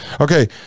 Okay